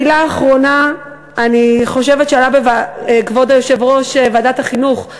המילה האחרונה, כבוד יושב-ראש ועדת החינוך,